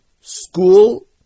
school